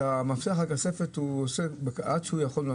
את מפתח הכספת הוא מחזיק אצלו כל עוד הוא יכול,